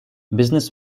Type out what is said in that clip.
business